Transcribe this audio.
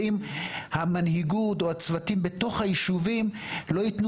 ואם המנהיגות או הצוותים בתוך היישובים לא יתנו